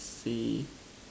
see